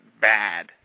bad